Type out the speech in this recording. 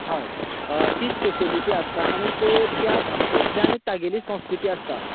हय ती स्पेशलिटी आसता आनीक त्या भाशेंतल्यान तागेली संस्कृती आसता